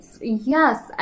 Yes